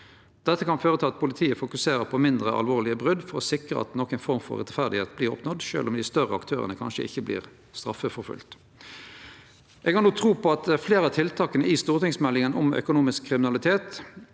Dette kan føre til at politiet fokuserer på mindre alvorlege brot for å sikre at nokon form for rettferd vert nådd, sjølv om dei større aktørane kanskje ikkje vert straffeforfølgde. Eg har tru på at fleire av tiltaka i stortingsmeldinga om økonomisk kriminalitet